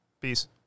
Peace